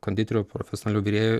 konditerių profesionalių virėjų